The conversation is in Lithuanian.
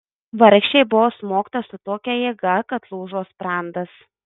vargšei buvo smogta su tokia jėga kad lūžo sprandas